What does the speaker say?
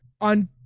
on